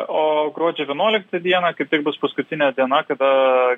o gruodžio vienuoliktą dieną kaip tik bus paskutinė diena kada